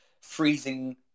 freezing